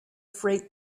freight